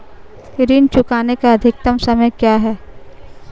ऋण चुकाने का अधिकतम समय क्या है?